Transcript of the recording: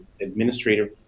administrative